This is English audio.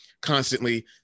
constantly